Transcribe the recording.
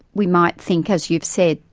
we might think, as you've said,